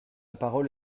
parole